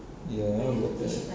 ya how about that